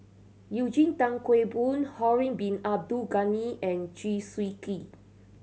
Eugene Tan Kheng Boon Harun Bin Abdul Ghani and Chew Swee Kee